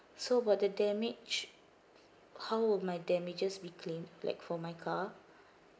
so about the damage how would my damages be claimed like for my car